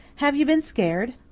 have you been scared?